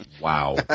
Wow